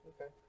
Okay